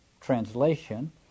translation